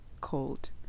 Cold